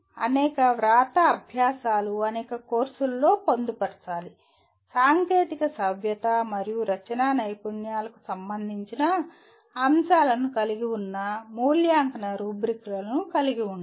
అనేక వ్రాత అభ్యాసాలు అనేక కోర్సులలో పొందుపరచాలి సాంకేతిక సవ్యత మరియు రచనా నైపుణ్యాలకు సంబంధించిన అంశాలను కలిగి ఉన్న మూల్యాంకన రుబ్రిక్లను కలిగి ఉండాలి